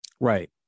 Right